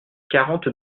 quarante